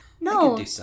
No